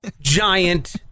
giant